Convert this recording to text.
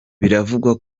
biravugwa